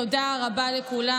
תודה רבה לכולם.